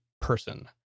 person